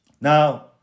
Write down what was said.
Now